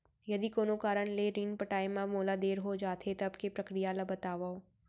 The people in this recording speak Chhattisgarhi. यदि कोनो कारन ले ऋण पटाय मा मोला देर हो जाथे, तब के प्रक्रिया ला बतावव